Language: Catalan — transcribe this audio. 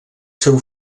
seu